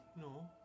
No